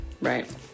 right